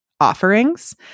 offerings